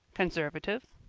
conservative,